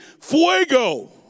Fuego